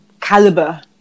caliber